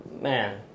man